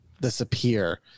disappear